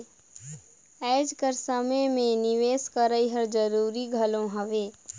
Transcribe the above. आएज कर समे में निवेस करई हर जरूरी घलो हवे